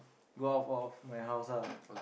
go out of my house lah